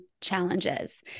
challenges